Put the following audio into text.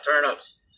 turnips